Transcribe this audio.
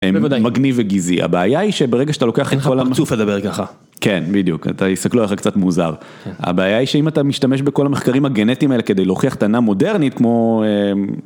מגניב וגזעי, הבעיה היא שברגע שאתה לוקח את ה... זה חצוף לדבר ככה ... כן, בדיוק, אתה, יסתכלו עליך קצת מוזר. הבעיה היא שאם אתה משתמש בכל המחקרים הגנטיים האלה כדי להוכיח טענה מודרנית כמו.